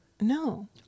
No